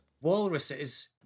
Walruses